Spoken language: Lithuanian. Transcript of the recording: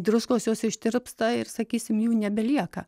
druskos jos ištirpsta ir sakysim jų nebelieka